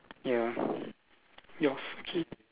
ya yours okay